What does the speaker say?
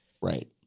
Right